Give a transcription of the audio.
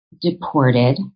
deported